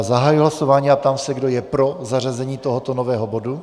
Zahajuji hlasování a ptám se, kdo je pro zařazení tohoto nového bodu.